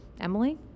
emily